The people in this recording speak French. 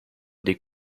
des